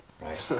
right